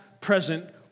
present